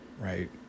right